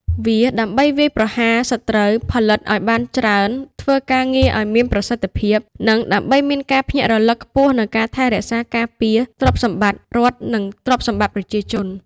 វាដើម្បីវាយប្រហារសត្រូវ ផលិតអោយបានច្រើន ធ្វើការងារអោយមានប្រសិទ្ឋភាព និងដើម្បីមានការភ្ញាក់រលឹកខ្ពស់នូវការថែរក្សា ការពារ ទ្រព្យសម្បត្តិរដ្ឋនិងទ្រព្យសម្បត្តិ ប្រជាជន។